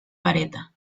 vareta